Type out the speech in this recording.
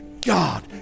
God